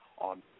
on